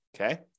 Okay